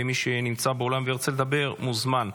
ומי שנמצא באולם וירצה לדבר מוזמן.